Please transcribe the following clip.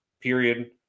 period